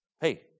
Hey